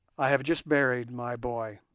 i have just buried my boy,